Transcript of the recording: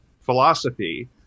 philosophy